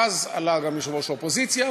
ואז גם יושב-ראש האופוזיציה,